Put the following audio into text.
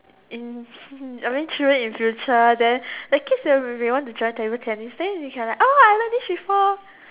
in I mean children in future then the kids will be want to join table tennis then you can like oh I learn this before